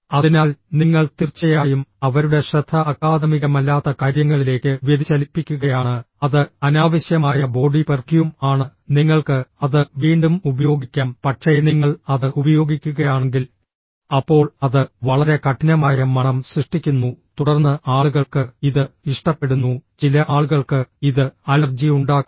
അതിനാൽ നിങ്ങൾ തീർച്ചയായും അവരുടെ ശ്രദ്ധ അക്കാദമികമല്ലാത്ത കാര്യങ്ങളിലേക്ക് വ്യതിചലിപ്പിക്കുകയാണ് അത് അനാവശ്യമായ ബോഡി പെർഫ്യൂം ആണ് നിങ്ങൾക്ക് അത് വീണ്ടും ഉപയോഗിക്കാം പക്ഷേ നിങ്ങൾ അത് ഉപയോഗിക്കുകയാണെങ്കിൽ അപ്പോൾ അത് വളരെ കഠിനമായ മണം സൃഷ്ടിക്കുന്നു തുടർന്ന് ആളുകൾക്ക് ഇത് ഇഷ്ടപ്പെടുന്നു ചില ആളുകൾക്ക് ഇത് അലർജിയുണ്ടാക്കുന്നു